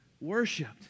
worshipped